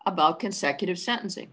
about consecutive sentencing